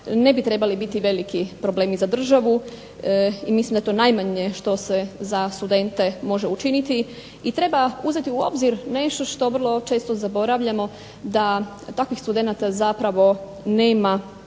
ne bi trebali biti veliki problemi za državu i mislim da je to najmanje što se za studente može učiniti. I treba uzeti u obzir nešto što vrlo često zaboravljamo da takvih studenata zapravo nema